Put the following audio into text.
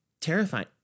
terrifying